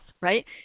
Right